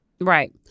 Right